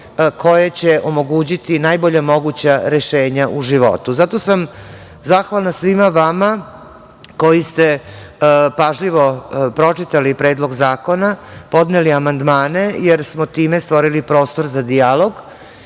koje će omogućiti najbolja moguća rešenja u životu. Zato sam zahvalna svima vama koji ste pažljivo pročitali Predlog zakona, podneli amandmane, jer smo time stvorili prostor za dijalog,